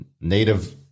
native